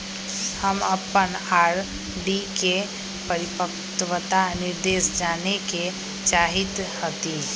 हम अपन आर.डी के परिपक्वता निर्देश जाने के चाहईत हती